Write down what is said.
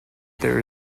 there